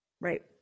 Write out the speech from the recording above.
right